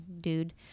dude